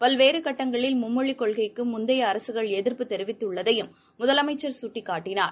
பல்வேறுகட்டங்களில் மும்மொழிகொள்கைக்குமுந்தையஅரசுகள் எதிர்ப்பு தெரிவித்துள்ளதையும் முதலமைச்சர் சுட்டிக்காட்டினார்